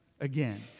Again